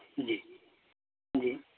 جی جی